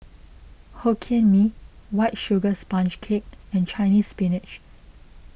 Hokkien Mee White Sugar Sponge Cake and Chinese Spinach